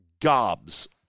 gobs